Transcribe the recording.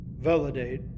Validate